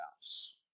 house